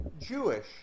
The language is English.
Jewish